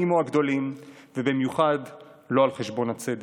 או הגדולים ובמיוחד לא על חשבון הצדק.